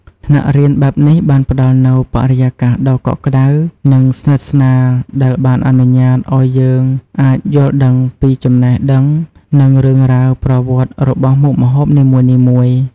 ថ្នាក់រៀនបែបនេះបានផ្តល់នូវបរិយាកាសដ៏កក់ក្តៅ និងស្និទ្ធស្នាលដែលបានអនុញ្ញាតឱ្យយើងអាចយល់ដឹងពីចំណេះដឹងនិងរឿងរ៉ាវប្រវត្តិរបស់មុខម្ហូបនិមួយៗ។